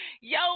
Yo